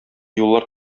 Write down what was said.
юллар